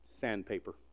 Sandpaper